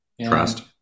Trust